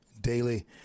daily